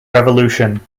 revolution